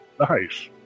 Nice